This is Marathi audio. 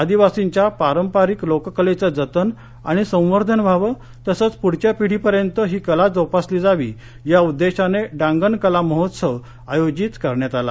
आदिवासींच्या पारंपारिक लोककलेचे जतन आणि संवर्धन व्हावे तसच पुढच्या पिढी पर्यंत ही कला जोपासली जावी या उद्दशाने डांगण कला महोत्सव आयोजित करण्यात आला